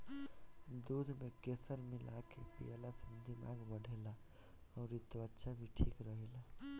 दूध में केसर मिला के पियला से दिमाग बढ़ेला अउरी त्वचा भी ठीक रहेला